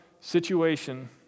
situation